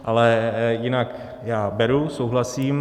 Ale jinak já beru, souhlasím.